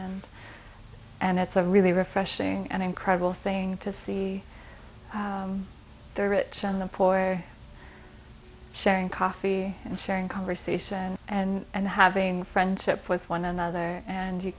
and that's a really refreshing and incredible thing to see the rich and the poor sharing coffee and sharing conversation and having friendship with one another and you